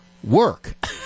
work